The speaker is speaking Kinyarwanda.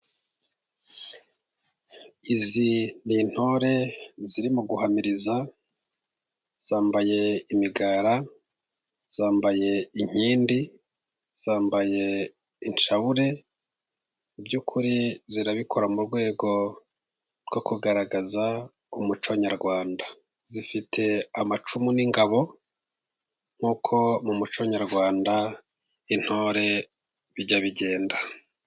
Izi ni intore ziri guhamiriza zambaye imigara, zambaye inkindi, zambaye inshabure. Mu by'ukuri zirabikora mu rwego rwo kugaragaza umuco nyarwanda zifite amacumu n'ingabo nk'uko mu muco nyarwanda intore bijya bigenda.